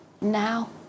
now